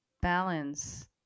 balance